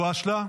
אלהואשלה,